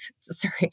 sorry